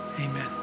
amen